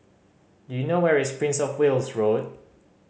do you know where is Prince Of Wales Road